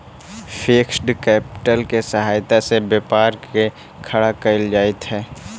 fixed capital के सहायता से व्यापार के खड़ा कईल जइत हई